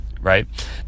right